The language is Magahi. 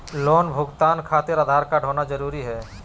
लोन भुगतान खातिर आधार कार्ड होना जरूरी है?